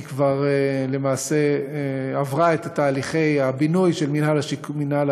היא כבר למעשה עברה את תהליכי הבינוי של מינהל